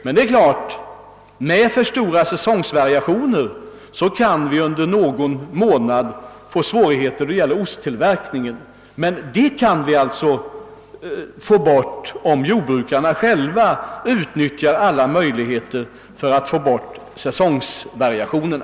Med för stora säsongvariationer kan vi givetvis under någon månad få svårigheter då det gäller osttillverkningen. Men dessa svårigheter kan vi alltså undvika om jordbrukarna själva utnyttjar alla möjligheter att få bort säsongvariationerna.